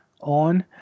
on